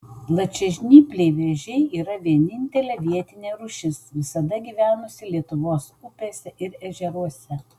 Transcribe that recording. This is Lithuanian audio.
plačiažnypliai vėžiai yra vienintelė vietinė rūšis visada gyvenusi lietuvos upėse ir ežeruose